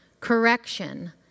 correction